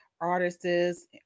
artists